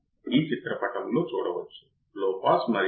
ఇప్పుడు input offset voltage